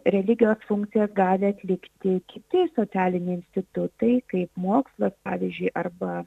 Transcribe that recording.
religijos funkcijas gali atlikti kiti socialiniai institutai kaip mokslas pavyzdžiui arba